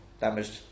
damaged